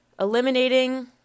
eliminating